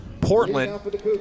Portland